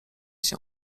się